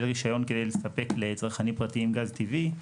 רישיון כדי לספק לצרכנים פרטיים גז טבעי.